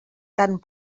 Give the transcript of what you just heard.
tant